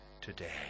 today